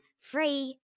free